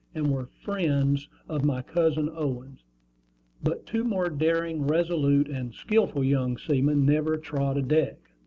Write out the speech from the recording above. and were friends of my cousin owen but two more daring, resolute, and skilful young seamen never trod a deck.